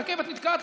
הרכבת נתקעת,